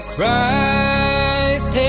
Christ